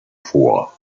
vor